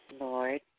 Lord